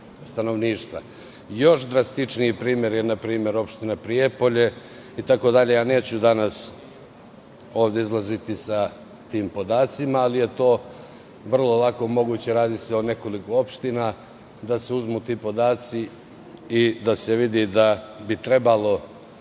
Još drastičniji primer je npr. Opština Prijepolje. Ovde danas neću izlaziti s tim podacima, ali je to lako moguće, radi se o nekoliko opština, da se uzmu ti podaci i da se vidi da bi trebalo